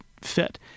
fit